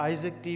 Isaac